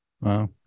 Wow